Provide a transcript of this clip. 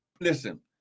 listen